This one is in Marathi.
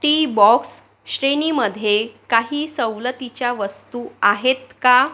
टीबॉक्स श्रेणीमध्ये काही सवलतीच्या वस्तू आहेत का